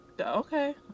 okay